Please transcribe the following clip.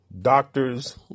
doctors